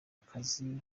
akazi